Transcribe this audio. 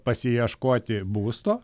pasiieškoti būsto